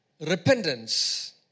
Repentance